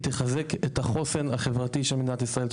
תחזק את החוסן החברתי של מדינת ישראל.